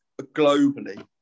globally